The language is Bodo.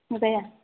जाया